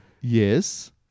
Yes